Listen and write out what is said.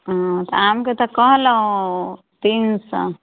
हँ आमके तऽ कहलहुँ तीन सओ